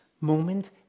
Moment